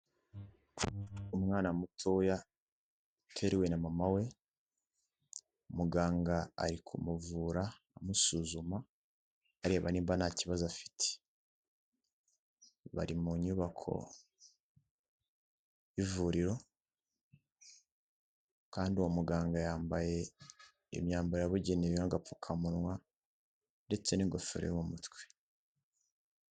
Umwana mutoya uteriwe na mama we muganga ari kumuvura amusuzuma areba nimba ntakibazo afite bari mu nyubako y'ivuriro, kandi uwo muganga yambaye imyambaro yabugenewe agapfukamunwa, ndetse n'ingofero yo mu mutwe.